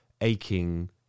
aching